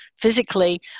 physically